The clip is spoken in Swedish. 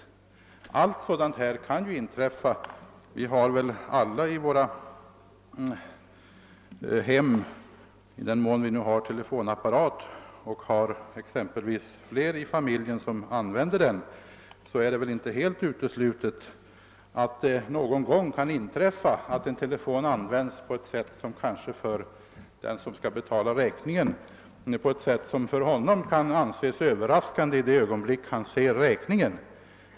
Sådana fall kan ju inträffa. I den mån vi i våra hem har telefonapparat och flera i familjen använder den, är det väl inte helt uteslutet att det någon gång kan inträffa att telefonen används på ett sätt som Ööverraskar den som skall betala räkningen i det ögonblick han ser räkningen.